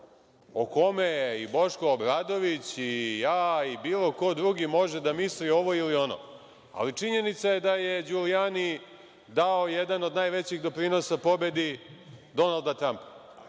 o kome i Boško Obradović i ja i bilo ko drugi može da misli ovo ili ono, ali činjenica je da je Đulijani dao jedan od najvećih doprinosa pobedi Donalda Trampa. Sada